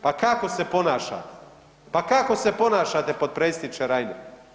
Pa kako se ponašate, pa kako se ponašate potpredsjedniče Reiner?